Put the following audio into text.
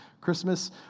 Christmas